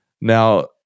Now